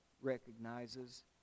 recognizes